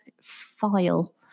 file